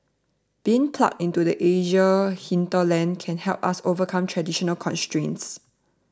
being plugged into the Asian hinterland can help us overcome traditional constraints